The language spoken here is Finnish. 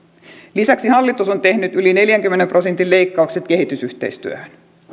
lisäksi hallitus on tehnyt yli neljänkymmenen prosentin leikkaukset kehitysyhteistyöhön